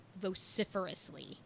vociferously